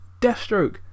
Deathstroke